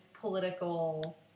political